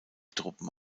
truppen